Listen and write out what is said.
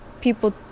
people